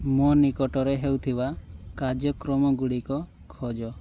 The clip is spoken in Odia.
ମୋ ନିକଟରେ ହେଉଥିବା କାର୍ଯ୍ୟକ୍ରମ ଗୁଡ଼ିକ ଖୋଜ